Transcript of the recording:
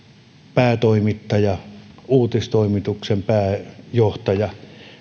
päätoimittaja uutistoimituksen pääjohtaja